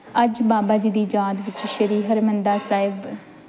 ਅੱਜ ਬਾਬਾ ਜੀ ਦੀ ਯਾਦ ਵਿੱਚ ਸ਼੍ਰੀ ਹਰਿਮੰਦਰ ਸਾਹਿਬ